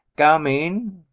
come in!